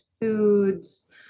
foods